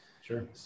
Sure